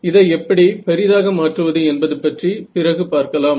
இதை எப்படி பெரிதாக மாற்றுவது என்பது பற்றி பிறகு பார்க்கலாம்